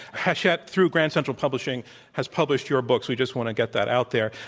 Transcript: hachette through grand central publishing has published your books. we just want to get that out there.